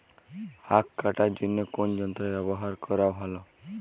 আঁখ কাটার জন্য কোন যন্ত্র ব্যাবহার করা ভালো?